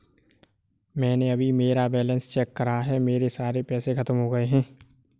मैंने अभी मेरा बैलन्स चेक करा है, मेरे सारे पैसे खत्म हो गए हैं